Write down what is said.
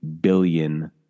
billion